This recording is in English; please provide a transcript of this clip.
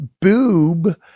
boob